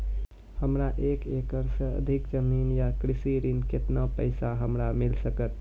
हमरा एक एकरऽ सऽ अधिक जमीन या कृषि ऋण केतना पैसा हमरा मिल सकत?